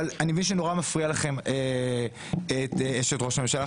אני מבין שנורא מפריע לכם מה שקרה עם אשת ראש הממשלה.